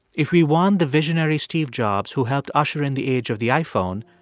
if we want the visionary steve jobs who helped usher in the age of the iphone,